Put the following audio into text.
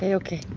okay,